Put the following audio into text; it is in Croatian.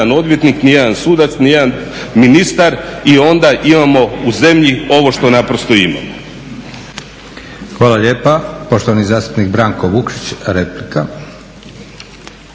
Hvala lijepa. Poštovani zastupnik Branko Vukšić, replika.